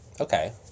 Okay